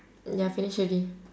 ya finish already